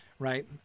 Right